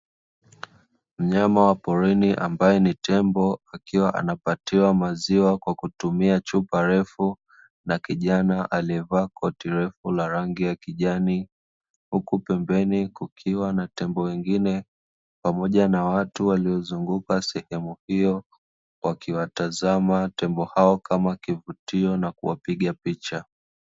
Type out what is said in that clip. Mnyama wa porini ambaye ni tembo akiwa anapatiwa maziwa kwa kutumia chupa ndefu na kijana aliyevaa koti ndefu ya rangi ya kijani, huku pembeni kukiwa na tembo wengine pamoja na watu waliozunguka sehemu hiyo wakiwatazama tembo hao kama kivutio na kuwapiga picha.